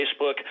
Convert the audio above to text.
Facebook